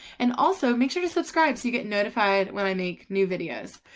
and also make sure to. subscribe so you get notified when i make new videos.